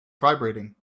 vibrating